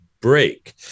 break